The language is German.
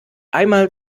einmal